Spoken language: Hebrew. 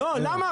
למה?